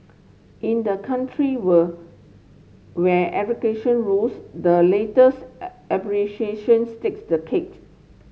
in the country word where rules the latest takes the cake